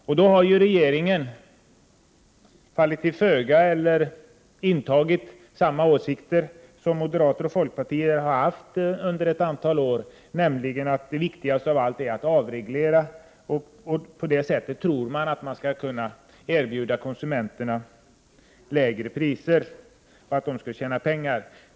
Regeringen har ju fallit till föga eller intagit samma ståndpunkt som den som moderata samlingspartiet och folkpartiet har haft under ett antal år, nämligen att det viktigaste av allt är att avreglera. På det sättet tror man att man skall kunna erbjuda konsumenterna lägre priser, så att de skall kunna inbespara pengar.